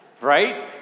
right